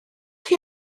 chi